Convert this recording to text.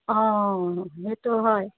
অঁ সেইটো হয়